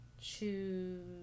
choose